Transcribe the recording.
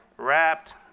wrapped